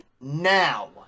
now